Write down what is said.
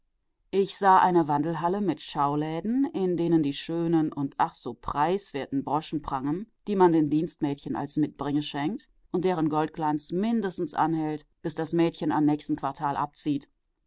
ich sah eine wandelhalle mit schauläden in denen die schönen und ach so preiswerten broschen prangen die man den dienstmädchen als mitbringe schenkt und deren goldglanz mindestens anhält bis das mädchen am nächsten quartal abzieht